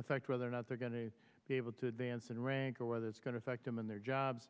affect whether or not they're going to be able to dance and rank or whether it's going to affect them in their jobs